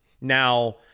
Now